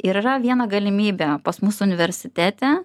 ir yra vieną galimybę pas mus universitete